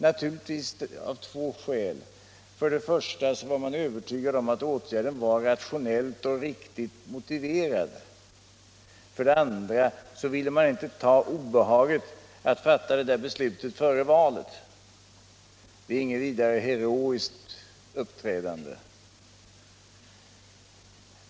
Naturligtvis två saker: För det första var man övertygad om att åtgärden var rationellt och riktigt motiverad. För det andra ville man inte ta obehaget att fatta det där beslutet före valet. Det är inte något vidare heroiskt uppträdande.